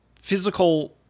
physical